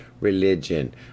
religion